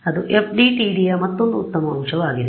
ಆದ್ದರಿಂದ ಅದು FDTDಯ ಮತ್ತೊಂದು ಉತ್ತಮ ಅಂಶವಾಗಿದೆ